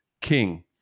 king